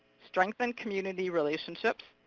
strengthen community relationships,